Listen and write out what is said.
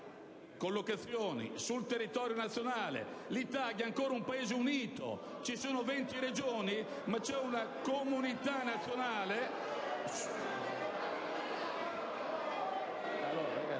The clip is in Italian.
collocazioni sul territorio nazionale. L'Italia è ancora un Paese unito. Ci sono 20 Regioni, ma c'è una comunità nazionale...